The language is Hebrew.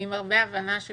עם הרבה הבנה של